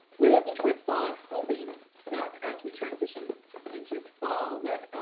we're looking towards fall and hoping that as we transition into the fall that